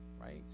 right